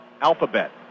Alphabet